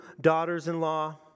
daughters-in-law